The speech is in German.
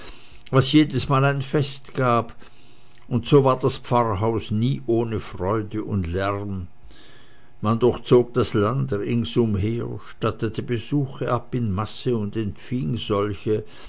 was jedesmal ein fest gab und so war das pfarrhaus nie ohne freude und lärm man durchzog das land ringsumher stattete besuche ab in masse und empfing solche